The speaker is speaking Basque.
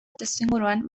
testuinguruan